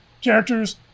characters